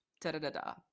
Da-da-da-da